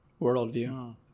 worldview